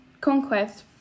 conquest